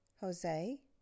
Jose